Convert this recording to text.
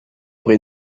vrai